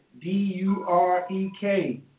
D-U-R-E-K